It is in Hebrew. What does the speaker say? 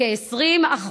כ-20%,